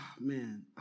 man